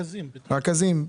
לא היו רכזים.